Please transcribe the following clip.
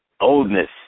Oldness